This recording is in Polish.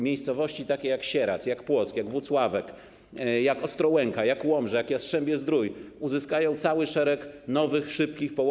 Miejscowości takie jak Sieradz, jak Płock, jak Włocławek, jak Ostrołęka, jak Łomża, jak Jastrzębie-Zdrój uzyskają cały szereg nowych, szybkich połączeń.